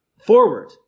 forward